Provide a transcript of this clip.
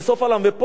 ופה, שתיקה.